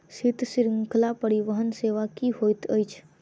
शीत श्रृंखला परिवहन सेवा की होइत अछि?